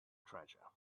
treasure